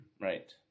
right